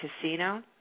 Casino